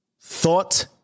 Thought